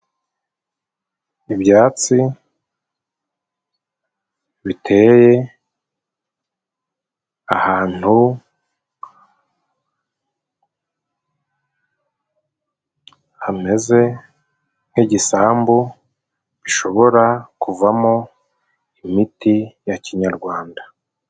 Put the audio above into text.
Ibyatsi biteye ahantu hameze nk'igisambu bishobora kuvamo imiti ya kinyarwanda.